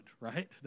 right